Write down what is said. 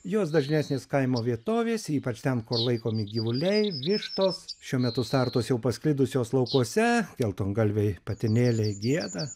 jos dažnesnės kaimo vietovėse ypač ten kur laikomi gyvuliai vištos šiuo metu startos jau pasklidusios laukuose geltungalviai patinėliai gieda